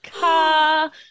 car